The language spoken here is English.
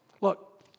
look